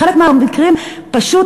בחלק מהמקרים פשוט